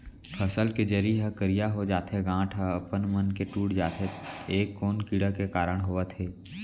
फसल के जरी ह करिया हो जाथे, गांठ ह अपनमन के टूट जाथे ए कोन कीड़ा के कारण होवत हे?